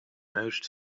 most